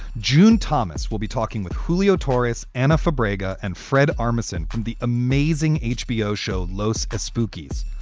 june thomas. we'll be talking with hooghly, otras anna for braga and fred armisen from the amazing hbo show loes a spookies.